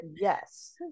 Yes